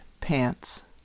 Pants